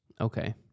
Okay